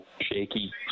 shaky